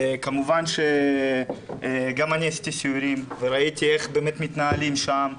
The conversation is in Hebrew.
כמובן שגם אני עשיתי סיורים וראיתי איך באמת מתנהלים שם,